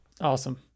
awesome